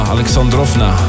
Alexandrovna